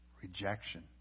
rejection